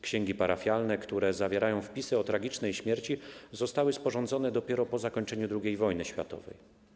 Księgi parafialne, które zawierają wpisy o tragicznej śmierci, zostały sporządzone dopiero po zakończeniu II wojny światowej.